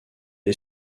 est